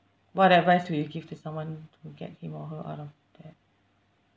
what advice would you give to someone to get him or her out of debt